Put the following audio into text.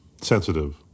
sensitive